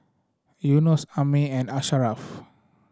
Yunos Ammir and Asharaff